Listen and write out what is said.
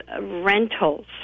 rentals